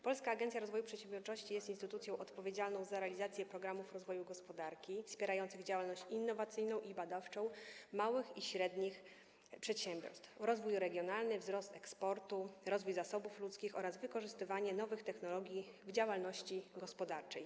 Polska Agencja Rozwoju Przedsiębiorczości jest instytucją odpowiedzialną za realizację programów rozwoju gospodarki, wspierających działalność innowacyjną i badawczą małych i średnich przedsiębiorstw, rozwój regionalny, wzrost eksportu, rozwój zasobów ludzkich oraz wykorzystywanie nowych technologii w działalności gospodarczej.